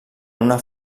una